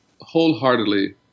wholeheartedly